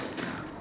ya